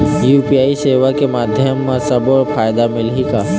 UPI सेवा के माध्यम म सब्बो ला फायदा मिलही का?